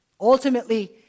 Ultimately